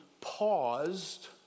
paused